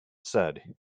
said